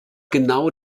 genau